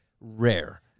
rare